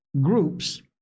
groups